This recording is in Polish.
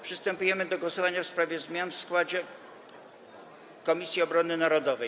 Przystępujemy do głosowania w sprawie zmian w składzie Komisji Obrony Narodowej.